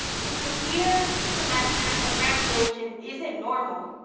if this year, semester, and graduation isn't normal,